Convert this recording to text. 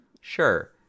sure